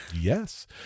yes